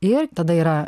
ir tada yra